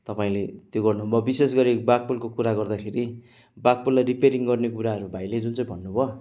तपाईँले त्यो गर्नु भयो विशेष गरी बाघ पुलको कुरा गर्दाखेरि बाघ पुललाई रिपेयरिङ गर्ने कुराहरू भाइले जुन चाहिँ भन्नु भयो